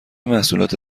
محصولات